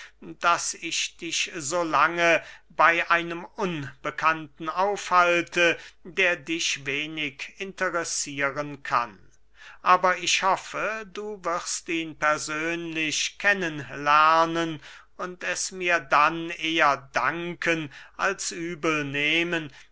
daß ich dich so lange bey einem unbekannten aufhalte der dich wenig interessieren kann aber ich hoffe du wirst ihn persönlich kennen lernen und es mir dann eher danken als übel nehmen